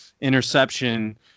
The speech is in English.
interception